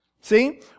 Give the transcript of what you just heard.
see